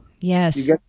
Yes